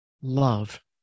love